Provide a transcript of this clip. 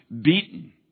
Beaten